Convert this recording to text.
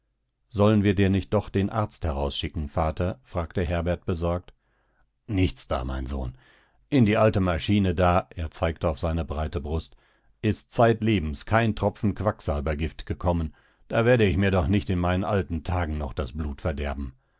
sollen wir dir nicht doch den arzt herausschicken vater fragte herbert besorgt nichts da mein sohn in die alte maschine da er zeigte auf seine breite brust ist zeitlebens kein tropfen quacksalbergift gekommen da werde ich mir doch nicht in meinen alten tagen noch das blut verderben